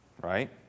right